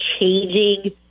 changing